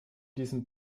diesem